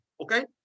Okay